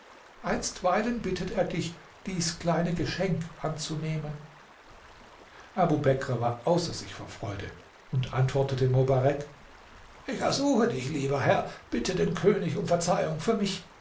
einstweilen bittet er dich dies kleine geschenk anzunehmen abubekr war außer sich vor freude und antwortete mobarek ich ersuche dich lieber herr bitte den könig um verzeihung für mich